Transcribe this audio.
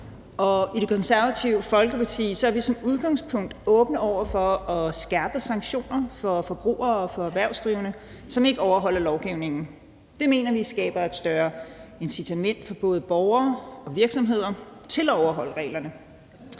I Det Konservative Folkeparti er vi som udgangspunkt åbne over for at skærpe sanktioner for forbrugere og for erhvervsdrivende, som ikke overholder lovgivningen. Det mener vi skaber et større incitament for både borgere og virksomheder til at overholde reglerne,